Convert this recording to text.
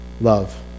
Love